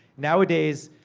nowadays,